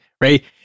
right